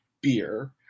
beer